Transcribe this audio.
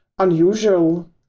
unusual